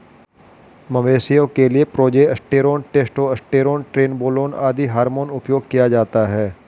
मवेशियों के लिए प्रोजेस्टेरोन, टेस्टोस्टेरोन, ट्रेनबोलोन आदि हार्मोन उपयोग किया जाता है